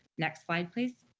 next slide, please.